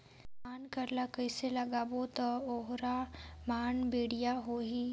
धान कर ला कइसे लगाबो ता ओहार मान बेडिया होही?